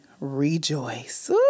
rejoice